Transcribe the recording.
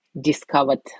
discovered